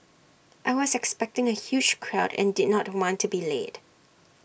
I was expecting A huge crowd and did not want to be too late